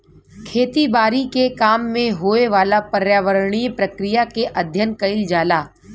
खेती बारी के काम में होए वाला पर्यावरणीय प्रक्रिया के अध्ययन कइल जाला